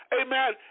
amen